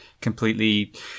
completely